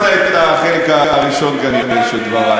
אתה כנראה פספסת את החלק הראשון של דברי.